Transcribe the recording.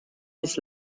his